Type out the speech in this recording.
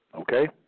Okay